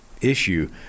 issue